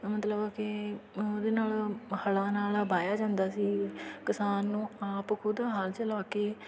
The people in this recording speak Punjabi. ਮਤਲਬ ਕਿ ਉਹਦੇ ਨਾਲ ਹਲਾਂ ਨਾਲ ਵਾਹਿਆ ਜਾਂਦਾ ਸੀ ਕਿਸਾਨ ਨੂੰ ਆਪ ਖੁਦ ਹਲ ਚਲਾ ਕੇ